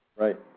Right